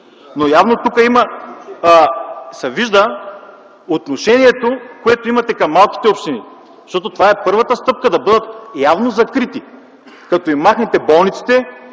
Но явно тук го има и се вижда отношението, което имате към малките общини. Защото това явно е първата стъпка да бъдат закрити - като им махнете болниците,